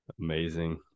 amazing